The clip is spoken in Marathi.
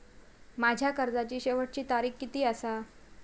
माझ्या कर्जाची शेवटची तारीख किती आसा?